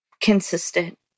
consistent